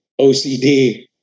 OCD